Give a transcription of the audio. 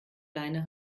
leine